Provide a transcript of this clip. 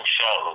show